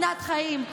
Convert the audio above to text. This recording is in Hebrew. מתנת חיים,